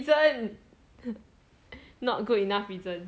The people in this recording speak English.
not good enough reason